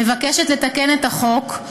מוצע לתקן את החוק,